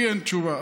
לי אין תשובה.